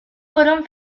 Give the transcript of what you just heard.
fueron